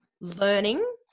learning